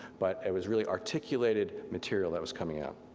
but it was really articulated material that was coming out.